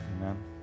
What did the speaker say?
Amen